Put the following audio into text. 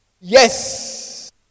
Yes